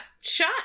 shot